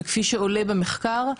וכפי שעולה במחקר.